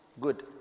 Good